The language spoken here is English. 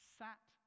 sat